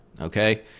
okay